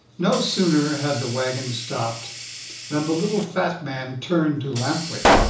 no sooner had the wagon stopped than the little fat man turned to lamp-wick.